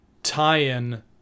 tie-in